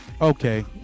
Okay